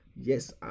Yes